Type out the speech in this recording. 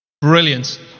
brilliant